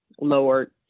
lower